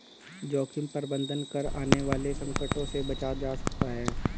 जोखिम प्रबंधन कर आने वाले संकटों से बचा जा सकता है